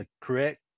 correct